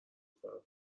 دخترها